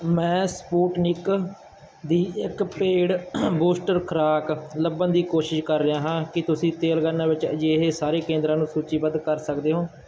ਮੈਂ ਸਪੁਟਨਿਕ ਦੀ ਇੱਕ ਪੇਡ ਬੂਸਟਰ ਖੁਰਾਕ ਲੱਭਣ ਦੀ ਕੋਸ਼ਿਸ਼ ਕਰ ਰਿਹਾ ਹਾਂ ਕੀ ਤੁਸੀਂ ਤੇਲੰਗਾਨਾ ਵਿੱਚ ਅਜਿਹੇ ਸਾਰੇ ਕੇਂਦਰਾਂ ਨੂੰ ਸੂਚੀਬੱਧ ਕਰ ਸਕਦੇ ਹੋ